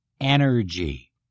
energy